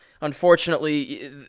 unfortunately